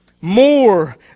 More